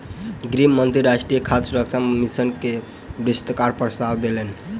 गृह मंत्री राष्ट्रीय खाद्य सुरक्षा मिशन के विस्तारक प्रस्ताव देलैन